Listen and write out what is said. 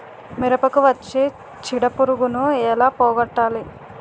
మిరపకు వచ్చే చిడపురుగును ఏల పోగొట్టాలి?